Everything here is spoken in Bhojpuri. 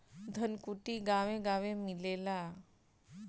धनकुट्टी गांवे गांवे मिलेला